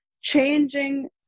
changing